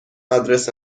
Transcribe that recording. آدرس